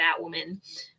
Batwoman